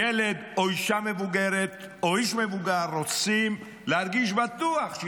ילד או אישה מבוגרת או איש מבוגר רוצים להרגיש בטוחים,